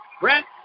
Brent